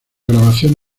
grabación